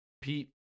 Pete